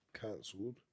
cancelled